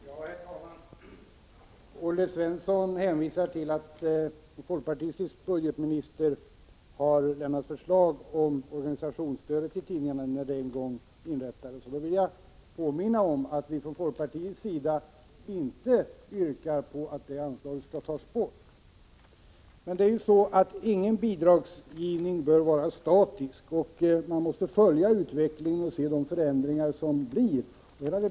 Herr talman! Olle Svensson hänvisar till att det var en folkpartistisk budgetminister som avlämnade förslaget om stöd till organisationstidskrifter när det stödet en gång inrättades. Jag vill då påminna om att vi från folkpartiets sida inte yrkar på att anslaget till organisationstidskrifter skall tas bort. Men ingen bidragsgivning bör vara statisk. Man måste följa utvecklingen och se vilka förändringar som inträffar.